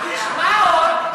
מה עוד?